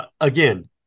Again